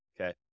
Okay